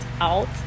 out